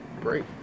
great